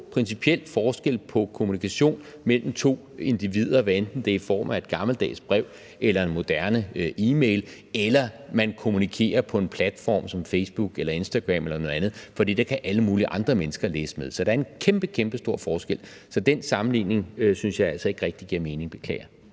principiel forskel på kommunikation mellem to individer, hvad enten det er i form af et gammeldags brev eller en moderne e-mail, eller om man kommunikerer på en platform som Facebook eller Instagram eller noget andet, for der kan alle mulige andre mennesker læse med. Der er en kæmpekæmpestor forskel, så den sammenligning synes jeg altså ikke rigtig giver mening – beklager.